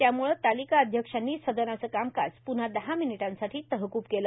त्याम्ळे तालिका अध्यक्षांनी सदनाचं कामकाज प्न्हा दहा मिनिटांसाठी तहकूब केलं